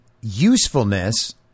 usefulness